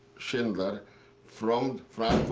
schindler from frankfurt,